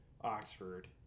Oxford